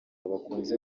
bakunze